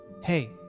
Hey